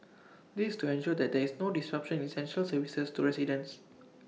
this is to ensure that there is no disruption in essential services to residents